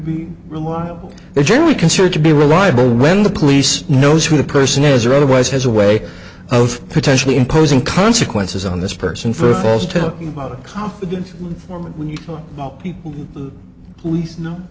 be reliable is generally considered to be reliable when the police knows who the person is or otherwise has a way of potentially imposing consequences on this person for